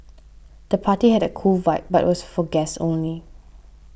the party had a cool vibe but was for guests only